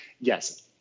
Yes